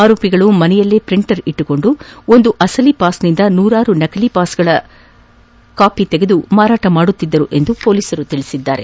ಆರೋಪಿಗಳು ಮನೆಯಲ್ಲಿಯೇ ಪ್ರಿಂಟರ್ ಇಟ್ಲುಕೊಂಡು ಒಂದು ಅಸಲಿ ಪಾಸ್ನಿಂದ ನೂರಾರು ನಕಲಿ ಪಾಸ್ಗಳ ನಕಲು ತೆಗೆದು ಮಾರಾಟ ಮಾಡುತ್ತಿದ್ದರು ಎಂದು ಪೊಲೀಸರು ತಿಳಿಸಿದ್ದಾರೆ